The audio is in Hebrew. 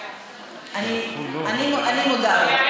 אני אומר לך.